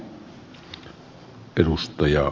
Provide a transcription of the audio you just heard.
arvoisa puhemies